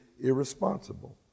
irresponsible